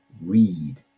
read